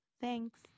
Thanks